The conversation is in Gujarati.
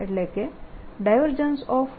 એટલે કે